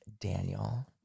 Daniel